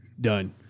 Done